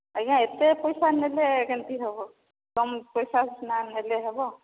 ଆଜ୍ଞା ଏତେ ପଇସା ନେଲେ କେମିତି ହବ କମ ପଇସା ସିନା ନେଲେ ହବ